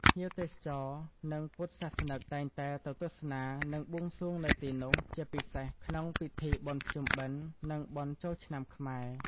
ភ្ញៀវទេសចរនិងពុទ្ធសាសនិកតែងតែទៅទស្សនានិងបួងសួងនៅទីនោះ ជាពិសេសក្នុងពិធីបុណ្យភ្ជុំបិណ្ឌនិងបុណ្យចូលឆ្នាំខ្មែរ។